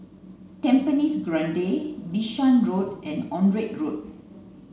Tampines Grande Bishan Road and Onraet Road